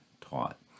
taught